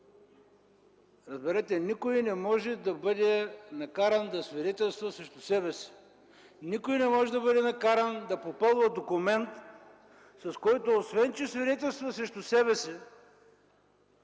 Разберете, никой не може да бъде накаран да свидетелства срещу себе си! Никой не може да бъде накаран да попълва документ, с който, освен че свидетелства срещу себе си,